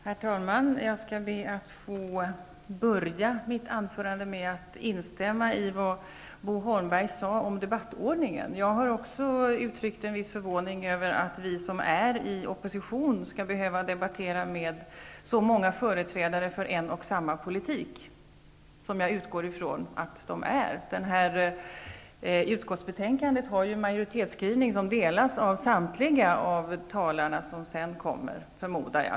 Herr talman! Jag skall be att få börja mitt anförande med att instämma i vad Bo Holmberg sade om debattordningen. Jag har också uttryckt en viss förvåning över att vi som är i opposition skall behöva debattera med så många företrädare för en och samma politik, vilket jag utgår ifrån att de är. Utskottsbetänkandet har en majoritetsskrivning som delas -- förmodar jag -- av samtliga talare som sedan kommer.